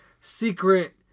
secret